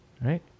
right